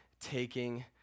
taking